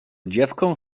dziewką